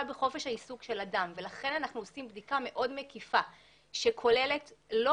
בחופש העיסוק של אדם ולכן אנחנו עושים בדיקה מאוד מקטיפה שכוללת לא